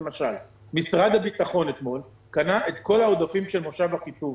למשל משרד הביטחון אתמול קנה את כל העודפים של מושב אחיטוב.